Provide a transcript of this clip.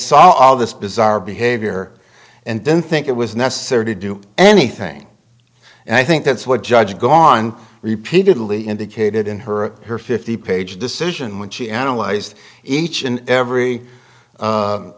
saw all this bizarre behavior and didn't think it was necessary to do anything and i think that's what judge gone repeatedly indicated in her her fifty page decision when she analyzed each and every